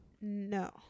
No